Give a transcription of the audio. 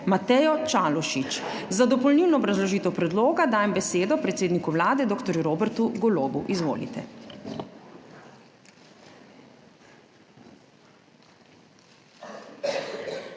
Matejo Čalušić. Za dopolnilno obrazložitev predloga dajem besedo predsedniku Vlade, dr. Robertu Golobu. Izvolite.